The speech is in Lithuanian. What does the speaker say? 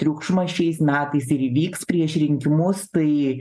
triukšmas šiais metais ir įvyks prieš rinkimus tai